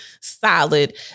solid